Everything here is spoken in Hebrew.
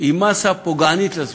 היא פוגענית לסביבה.